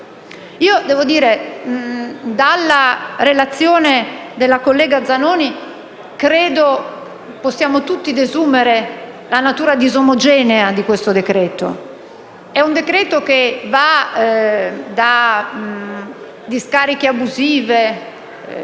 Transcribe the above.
Dalla relazione della collega Zanoni possiamo tutti desumere la natura disomogenea di questo decreto-legge; un provvedimento che va dalle discariche abusive